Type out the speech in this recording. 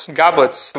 goblets